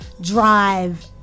drive